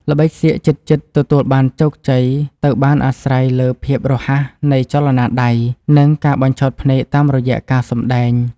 ល្បិចសៀកជិតៗទទួលបានជោគជ័យទៅបានអាស្រ័យលើភាពរហ័សនៃចលនាដៃ និង ការបញ្ឆោតភ្នែកតាមរយៈការសម្តែង។